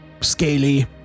Scaly